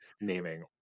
naming